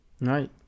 Right